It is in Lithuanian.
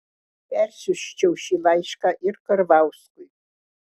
persiųsčiau šį laišką ir karvauskui